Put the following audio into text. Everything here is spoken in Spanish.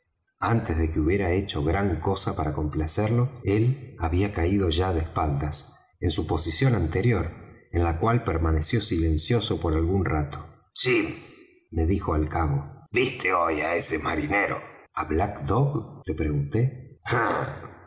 antes de que hubiera hecho gran cosa para complacerlo él había caído ya de espaldas en su posición anterior en la cual permaneció silencioso por algún rato jim me dijo al cabo viste hoy á ese marinero á black dog le pregunté ah